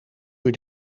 uur